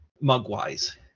mug-wise